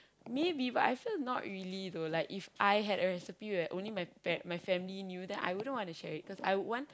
maybe but I feel not really though like If I had a recipe where only my pa~ my family knew then I wouldn't want to share it cause I would want